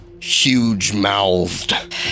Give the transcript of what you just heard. huge-mouthed